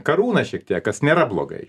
karūną šiek tiek kas nėra blogai